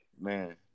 Man